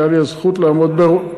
שהייתה לי הזכות לעמוד בראשה,